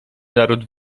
naród